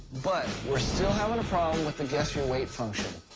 but we're still having a problem with the guess-your-weight function.